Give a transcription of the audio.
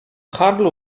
handlu